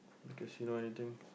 you can see now anything